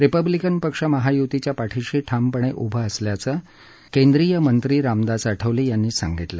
Republican पक्ष महायुतीच्या पाठिशी ठामपणे उभं असल्याचं केंद्रीय मंत्री रामदास आठवले यांनी सांगितलं